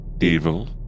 Evil